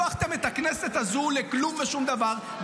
הפכתם את הכנסת הזאת לכלום ושום דבר,